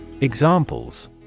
Examples